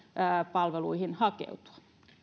hakeutua